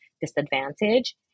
disadvantage